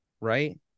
right